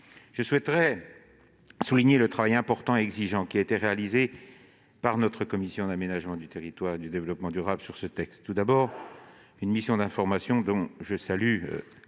Je souhaiterais souligner le travail important et exigeant qui a été réalisé par notre commission de l'aménagement du territoire et du développement durable sur cette proposition de loi. Il y eut, d'abord, une mission d'information, dont je salue